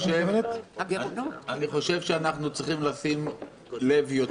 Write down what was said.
אנחנו צריכים לשים לב יותר,